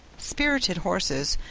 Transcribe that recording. spirited horses,